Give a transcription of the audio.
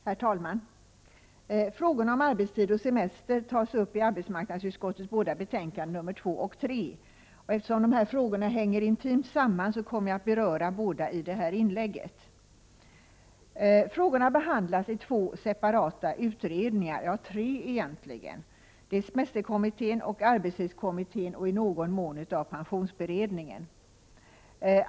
Herr talman! Frågorna om arbetstid och semester tas upp i arbetsmarknadsutskottets betänkanden 2 och 3. Eftersom dessa frågor hänger intimt samman, kommer jag att beröra dem båda i detta inlägg. Frågorna behandlas i två separata utredningar — egentligen tre: semesterkommittén och arbetstidskommittén, och i någon mån pensionsberedningen.